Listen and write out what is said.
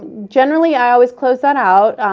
and generally, i always close that out,